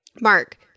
Mark